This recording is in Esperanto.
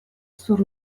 sur